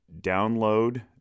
download